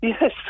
Yes